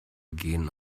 gehen